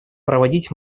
проводить